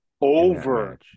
Over